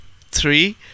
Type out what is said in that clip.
three